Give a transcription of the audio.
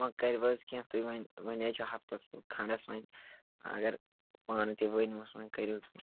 وۅنۍ کَرو حظ کیٚنٛہہ تُہۍ وۅنۍ حظ چھِ ہفتس کھنٛڈس وۅنۍ اگر پانہٕ تہِ ؤنۍہوٗس وۅنۍ کٔرۍہوٗس